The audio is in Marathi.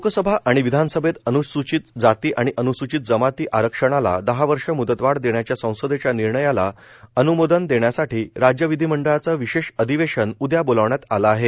लोकसभा आणि विधानसभेत अन्सूचित जाती आणि अन्सूचित जमाती आरक्षणाला दहा वर्ष मुदतवाढ देण्याच्या संसदेच्या निर्णयाला अनुमोदन देण्यासाठी राज्य विधीमंडळाच विशेष अधिवेशन उद्या बोलावण्यात आलं आहे